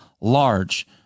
large